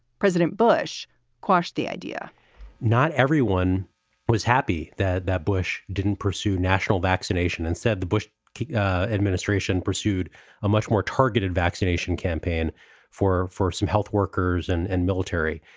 president bush quashed the idea not everyone was happy that that bush didn't pursue national vaccination and said the bush administration pursued a much more targeted vaccination campaign for. for some health workers and and military.